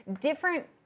different